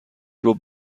ربع